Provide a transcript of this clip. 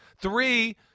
Three